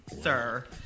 sir